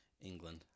England